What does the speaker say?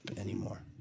anymore